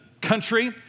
country